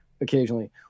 occasionally